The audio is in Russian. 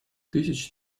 тысяч